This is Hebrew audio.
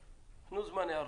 תנו זמן היערכות.